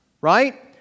Right